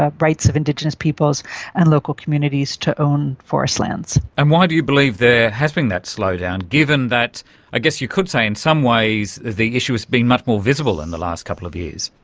ah rights of indigenous peoples and local communities to own forest lands. and why do you believe there has been that slow-down, given that i guess you could say in some ways the issue has been much more visible in the last couple of years.